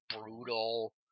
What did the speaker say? brutal